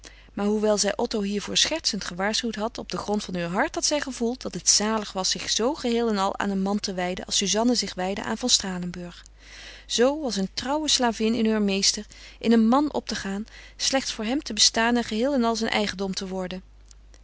maar hoewel zij otto hiervoor schertsend gewaarschuwd had op den grond van heur hart had zij gevoeld dat het zalig was zich zoo geheel en al aan een man te wijden als suzanne zich wijdde aan van stralenburg zoo als een trouwe slavin in heur meester in een man op te gaan slechts voor hem te bestaan en geheel en al zijn eigendom te worden